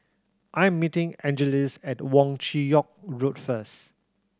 I'm meeting Angeles at Wong Chin Yoke Road first